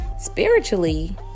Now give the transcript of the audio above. spiritually